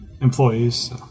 employees